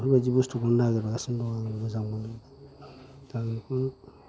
बेफोरबायदि बस्तुखौ नागिरगासिनो दं आं मोजां मोनो दा बेखौनो